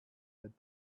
that